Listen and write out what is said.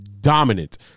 dominant